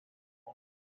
them